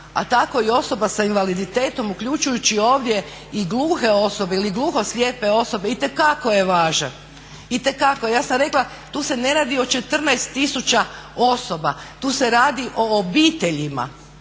a tako i osoba sa invaliditetom uključujući ovdje i gluhe osobe ili gluho slijepe osobe itekako je važan, itekako. Ja sam rekla tu se ne radi o 14000 osoba. Tu se radi o obiteljima.